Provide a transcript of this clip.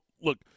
look